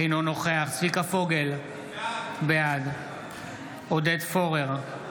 אינו נוכח צביקה פוגל, בעד עודד פורר,